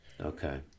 okay